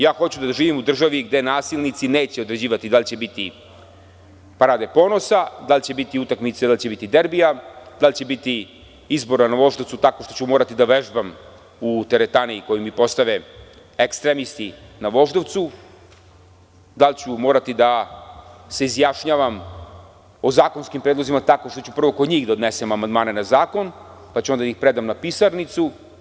Ja hoću da živim u državi gde nasilnici neće određivati da li će biti „Parade ponosa“, da li će biti utakmice, da li će biti „derbija“, da li će biti izbora na Voždovcu, tako što ću morati da vežbam u teretani koju mi postave ekstremisti na Voždovcu, da li ću morati da se izjašnjavam o zakonskim predlozima tako što ću prvo kod njih da odem da podnesem amanmdane na zakon, pa ću onda da ih predam na pisarnicu.